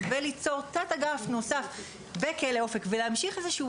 וליצור תת אגף נוסף בכלא אופק ולהמשיך איזשהו